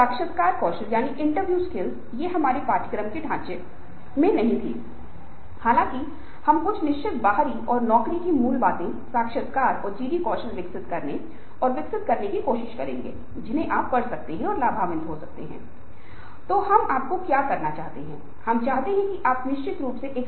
एक प्राप्त लक्ष्य निर्धारित करें क्योंकि जैसा कि हमने पहले उल्लेख किया था कि एक लक्ष्य को प्राप्त करने के लिए आपको उप लक्ष्यों के साथ प्रयास करना होगा और जब आप इस उप लक्ष्य के साथ प्रयास करते हैं तो डोपामाइन उत्पादित हो ता है जब हर बार जब आप कुछ हासिल करते हैं तो चाहे वह कितना भी छोटा क्यों न हो